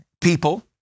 people